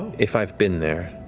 if i've been there.